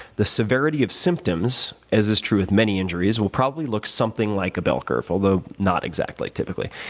the severity of symptoms, as is true with many injuries, will probably look something like a bell curve, although not exactly typically.